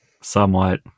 somewhat